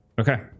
Okay